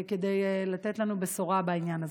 כדי לתת לנו בשורה בעניין הזה?